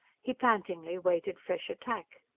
he pantingly waited fresh attack.